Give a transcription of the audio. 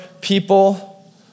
people